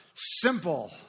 Simple